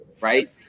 right